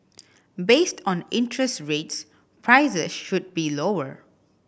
based on interest rates prices should be lower